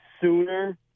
sooner